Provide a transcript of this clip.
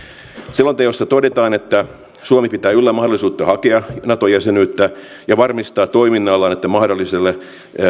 selonteossa todetaan että suomi pitää yllä mahdollisuutta hakea nato jäsenyyttä ja varmistaa toiminnallaan että mahdolliselle